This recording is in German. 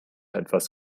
etwas